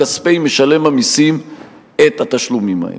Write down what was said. מכספי משלם המסים את התשלומים האלה.